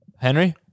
Henry